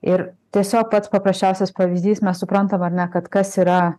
ir tiesiog pats paprasčiausias pavyzdys mes suprantam ar ne kad kas yra